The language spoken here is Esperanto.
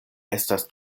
estas